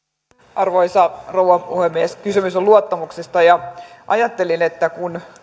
arvoisa rouva puhemies kysymys on luottamuksesta ja ajattelin kun